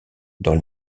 dans